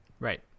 Right